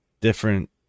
different